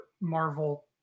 Marvel